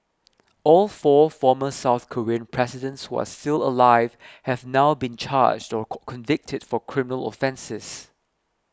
all four former South Korean presidents who are still alive have now been charged or convicted for criminal offences